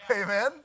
Amen